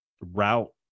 route